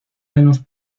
menos